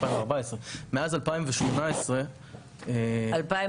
משנת 2014. מאז 2018. 2014,